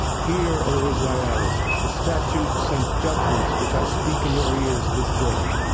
hear, o israel, the statutes and judgments which i speak in your ears this day,